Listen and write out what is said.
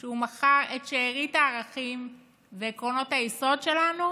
שהוא מכר את שארית הערכים ועקרונות היסוד שלנו